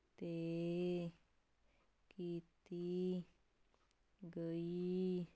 'ਤੇ ਕੀਤੀ ਗਈ